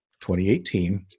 2018